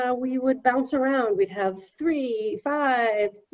ah we would bounce around. we'd have three, five.